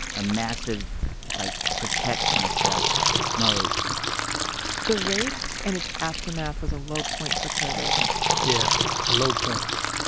a massive like protect myself mode the rape and its aftermath was a low point for curtis yeah, the low points.